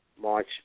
March